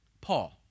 Paul